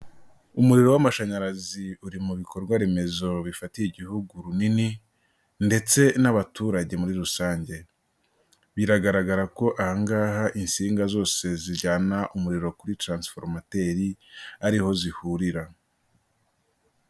Umuriro w'amashanyarazi uri mu bikorwa remezo bifatiye Igihugu runini ndetse n'abaturage muri rusange, biragaragara ko aha ngaha insinga zose zijyana umuriro kuri taransiforumateri ari ho zihurira.